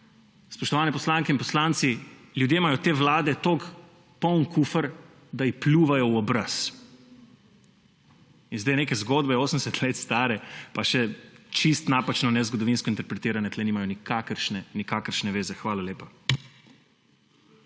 spoštovane poslanke in poslanci, ljudje imajo te vlade toliko poln kufer, da ji pljuvajo v obraz. In zdaj neke zgodbe, 80 let stare, pa še čisto napačno, nezgodovinsko interpretirane, tukaj nimajo nikakršne veze. Hvala lepa.